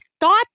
thought